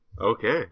okay